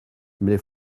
mais